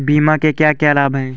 बीमा के क्या क्या लाभ हैं?